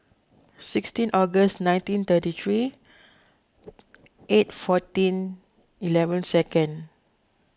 sixteen August nineteen thirty three eight fourteen eleven second